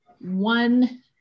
One